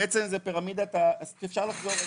אפשר לחזור.